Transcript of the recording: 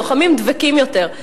לוחמים דבקים יותר.